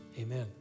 amen